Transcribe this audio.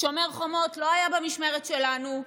שומר חומות לא היה במשמרת שלנו,